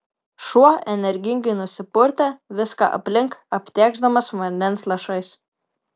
šuo energingai nusipurtė viską aplink aptėkšdamas vandens lašais